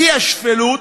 שיא השפלות,